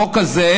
החוק הזה,